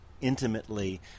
intimately